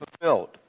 fulfilled